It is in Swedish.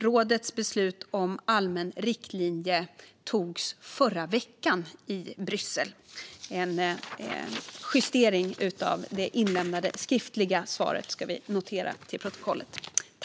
Rådets beslut om allmän riktlinje togs i Bryssel i förra veckan - en uppgift som innebär en justering av det inlämnade, skriftliga interpellationssvaret, vilket bör föras till protokollet.